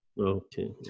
Okay